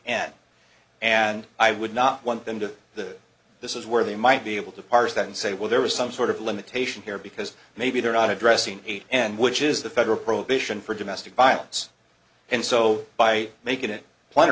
and and i would not want them to that this is where they might be able to parse that and say well there was some sort of limitation here because maybe they're not addressing each and which is the federal probation for domestic violence and so by making it plen